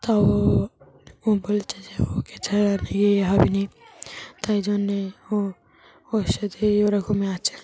তাও ও বলছে যে ওকে ছাড়া বিয়ে হবে না তাই জন্যে ও ওর সাথেই ওরকমই আছে